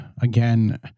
again